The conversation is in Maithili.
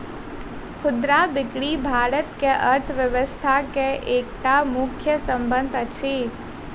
खुदरा बिक्री भारत के अर्थव्यवस्था के एकटा मुख्य स्तंभ अछि